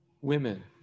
women